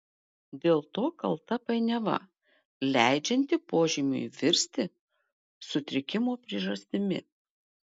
dėl to kalta painiava leidžianti požymiui virsti sutrikimo priežastimi